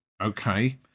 okay